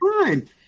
fine